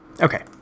Okay